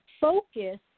focus